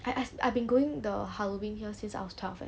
I I I've been going the halloween here since I was twelve eh